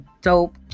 dope